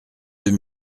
deux